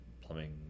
plumbing